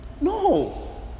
No